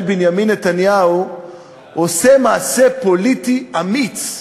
בנימין נתניהו עושה מעשה פוליטי אמיץ,